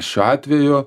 šiuo atveju